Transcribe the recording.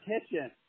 kitchen